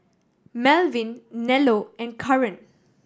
Malvin Nello and Caren